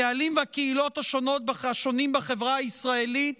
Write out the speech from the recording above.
הקהלים והקהילות השונים בחברה הישראלית